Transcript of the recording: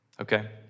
Okay